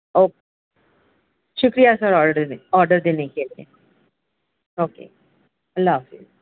اوک شُکریہ sir order order دینے کے لئے اوکے اللہ حافظ